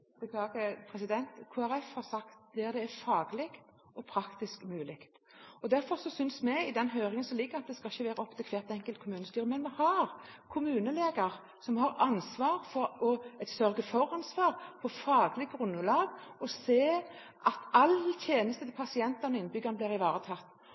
har sagt at det må være en ordning der dette er faglig og praktisk mulig. Derfor sier vi i det høringsnotatet som foreligger, at det ikke skal være opp til hvert enkelt kommunestyre. Men vi har kommuneleger som har ansvar for å sørge for et faglig grunnlag og for å se at alle tjenester til